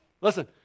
Listen